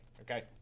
Okay